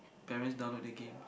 parents download the game